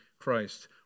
Christ